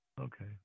Okay